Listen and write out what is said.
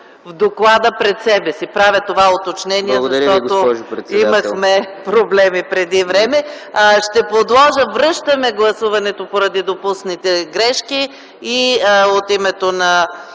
в доклада пред себе си. Правя това уточнение, защото имахме проблеми преди време. Връщаме гласуването поради допуснати грешки от името на